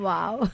Wow